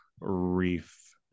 reef